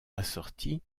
assorti